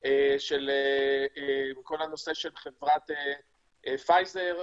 על חברת פייזר.